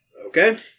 Okay